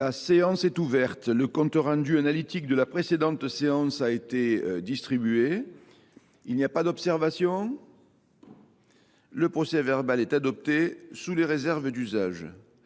La séance est ouverte. Le compte rendu analytique de la précédente séance a été distribué. Il n'y a pas d'observation. Le procès verbal est adopté sous les réserves d'usage.